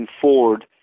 Ford